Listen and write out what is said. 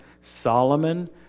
Solomon